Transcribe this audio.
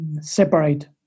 separate